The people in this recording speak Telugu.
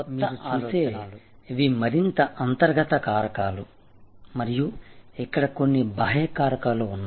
మీరు చూసే ఇవి మరింత అంతర్గత కారకాలు మరియు ఇక్కడ కొన్ని బాహ్య కారకాలు ఉన్నాయి